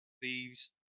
thieves